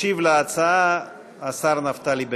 ישיב על ההצעה השר נפתלי בנט.